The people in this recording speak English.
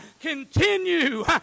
continue